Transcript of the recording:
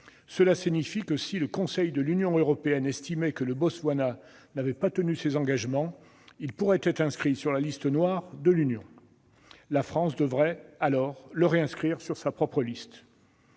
Cela signifie que si le Conseil de l'Union européenne estimait que le Botswana n'avait pas tenu ses engagements, ce pays pourrait être inscrit sur la liste « noire » de l'Union. La France devrait, alors, le réinscrire sur sa propre liste